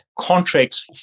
Contracts